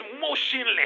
motionless